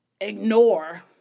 Ignore